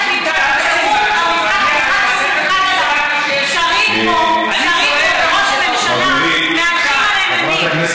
שהמשטרה, שרים פה וראש ממשלה מהלכים עליהם אימים.